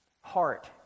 heart